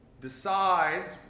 decides